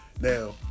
Now